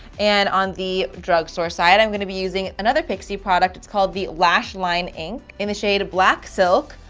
and on the drugstore side i'm going to be using another pixi product it's called the lash line ink, in the shade of black silk.